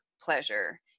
pleasure